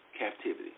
captivity